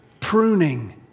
pruning